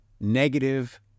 negative